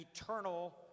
eternal